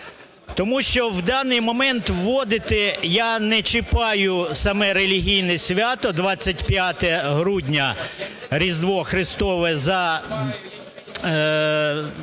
Тому що в даний момент вводити, я не чіпаю саме релігійне свято, 25 грудня Різдво Христове як